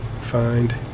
find